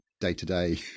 day-to-day